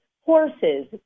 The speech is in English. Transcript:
horses